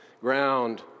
ground